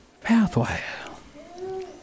pathway